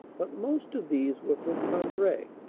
but most of these were from cambrai,